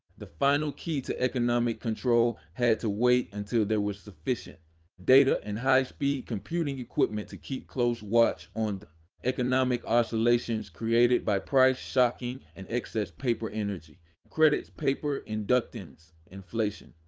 the final key to economic control had to wait until there was sufficient data and high-speed computing equipment to keep close watch on the economic oscillations created by price shocking and excess paper energy credits paper inductance inflation.